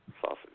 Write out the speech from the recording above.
sausage